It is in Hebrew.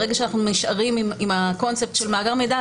ברגע שאנחנו נשארים עם הקונספט של מאגר מידע,